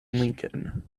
lincoln